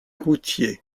routier